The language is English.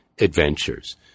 adventures